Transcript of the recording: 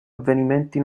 avvenimenti